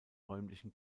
räumlichen